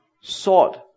sought